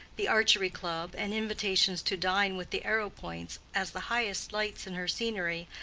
the archery club, and invitations to dine with the arrowpoints, as the highest lights in her scenery,